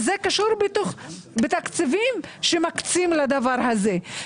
בתקציבים שמקצים לדבר הזה.